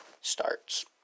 starts